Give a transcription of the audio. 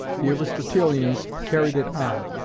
the aristotelians carried it on.